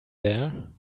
there